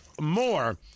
more